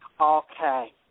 Okay